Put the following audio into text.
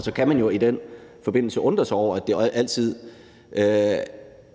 Så kan man jo i den forbindelse undre sig over, at vi